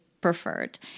preferred